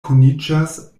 kuniĝas